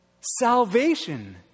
salvation